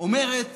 אומרת